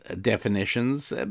definitions